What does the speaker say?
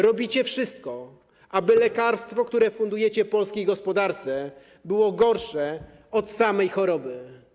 Robicie wszystko, aby lekarstwo, które fundujecie polskiej gospodarce, było gorsze od samej choroby.